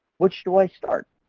which do i start?